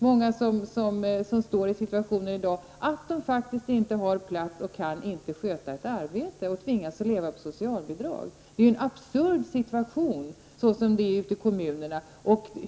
Många som i dag befinner sig i situationen att de inte har barnomsorgsplats och därför inte kan sköta ett arbete tvingas att leva på socialbidrag. Det är en absurd situation ute i kommunerna.